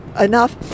enough